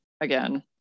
again